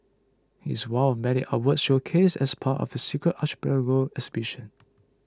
it's one of many artworks showcased as part of the Secret Archipelago exhibition